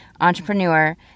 entrepreneur